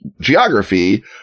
geography